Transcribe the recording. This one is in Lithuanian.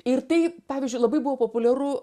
ir tai pavyzdžiui labai buvo populiaru